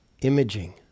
imaging